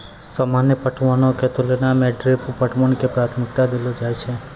सामान्य पटवनो के तुलना मे ड्रिप पटवन के प्राथमिकता देलो जाय छै